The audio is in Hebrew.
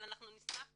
אבל אנחנו נשמח